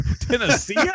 Tennessee